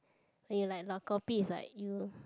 when you like lao kopi is like you